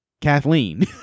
Kathleen